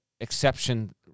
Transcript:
exception